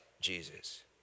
Jesus